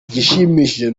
igishimishije